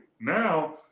now